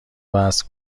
وزن